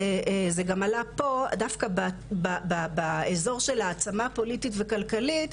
וזה גם עלה פה דווקא באזור של העצמה פוליטית וכלכלית,